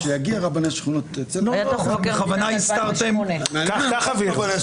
כשנגיע לרבני שכונות --- בכוונה הסתרתם --- קח אוויר.